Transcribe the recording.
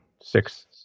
six